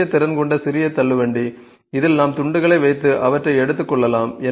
சிறிய திறன் கொண்ட சிறிய தள்ளுவண்டி இதில் நாம் துண்டுகளை வைத்து அவற்றை எடுத்துச் செல்லலாம்